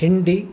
हिण्डि